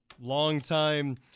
longtime